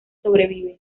sobrevive